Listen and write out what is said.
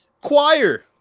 choir